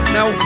Now